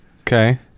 Okay